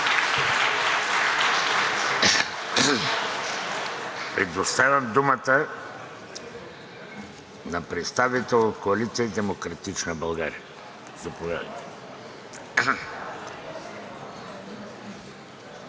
Предоставям думата на представител от Коалиция „Демократична България“ – заповядайте.